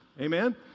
Amen